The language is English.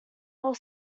nor